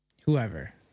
whoever